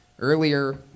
earlier